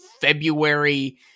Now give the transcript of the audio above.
February